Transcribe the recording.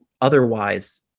otherwise